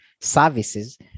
services